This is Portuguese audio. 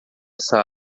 essa